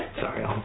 Sorry